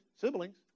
Siblings